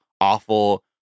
awful